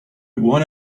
one